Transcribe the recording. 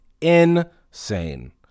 insane